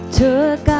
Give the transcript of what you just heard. took